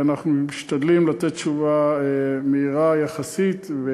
אנחנו משתדלים לתת תשובה מהירה יחסית,